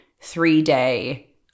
three-day